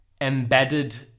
embedded